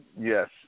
Yes